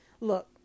Look